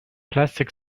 plastic